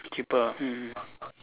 cheaper ah mm mm